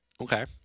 Okay